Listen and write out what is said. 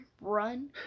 run